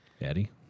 Eddie